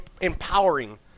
empowering